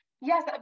Yes